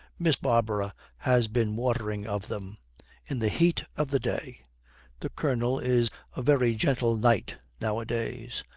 miss barbara has been watering of them in the heat of the day the colonel is a very gentle knight nowadays.